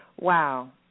Wow